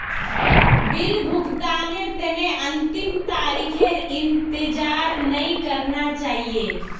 bill भुगतानेर तने अंतिम तारीखेर इंतजार नइ करना चाहिए